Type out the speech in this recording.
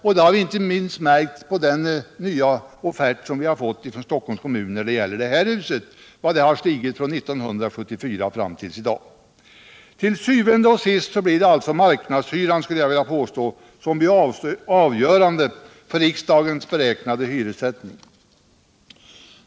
Vi har märkt inte minst på den nya offert beträffande det här huset som vi fått från Stockholms kommun hur hyreskostnaderna har stigit från 1974 fram till i dag.